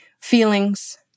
feelings